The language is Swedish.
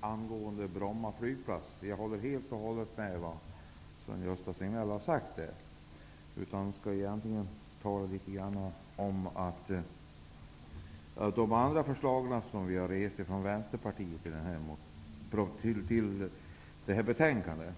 angående Bromma flygplats. Jag håller helt och hållet med om det Sven-Gösta Signell har sagt. Jag skall i stället tala litet om de andra förslag som vi i Vänsterpartiet har lagt fram i anslutning till det här betänkandet.